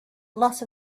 lots